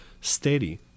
steady